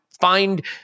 find